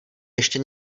ještě